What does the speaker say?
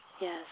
yes